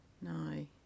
No